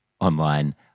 online